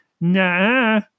nah